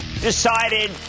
decided